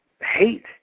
hate